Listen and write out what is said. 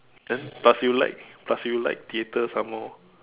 that plus you like plus you like theatre some more